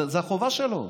זאת החובה שלו.